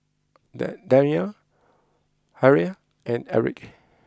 Dan Danyell Halle and Eric